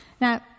Now